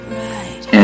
right